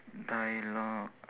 dialogue